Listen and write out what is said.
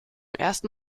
ersten